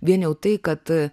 vien jau tai kad